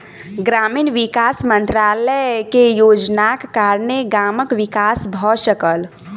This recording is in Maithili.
ग्रामीण विकास मंत्रालय के योजनाक कारणेँ गामक विकास भ सकल